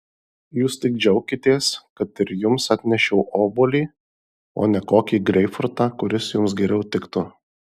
jūs tik džiaukitės kad ir jums atnešiau obuolį o ne kokį greipfrutą kuris jums geriau tiktų